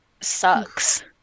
sucks